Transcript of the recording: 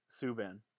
Subin